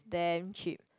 damn cheap